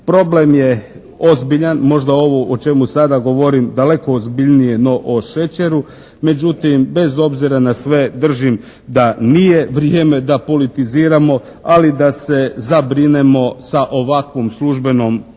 Problem je ozbiljan, možda ovo o čemu sada govorim daleko ozbiljnije no o šećeru, međutim bez obzira na sve držim da nije vrijeme da politiziramo, ali da se zabrinemo sa ovakvom službenom politikom